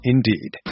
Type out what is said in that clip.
Indeed